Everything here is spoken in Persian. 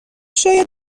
شاید